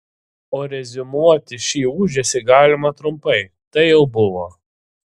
o reziumuoti šį ūžesį galima trumpai tai jau buvo